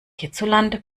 hierzulande